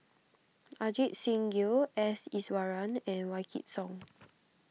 Ajit Singh Gill S Iswaran and Wykidd Song